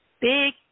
big